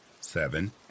seven